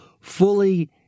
fully